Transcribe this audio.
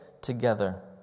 together